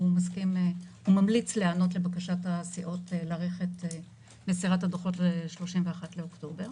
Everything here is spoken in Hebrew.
הוא ממליץ להיענות לבקשת הסיעות להאריך את מסירת הדוחות ל-31 באוקטובר.